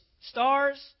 stars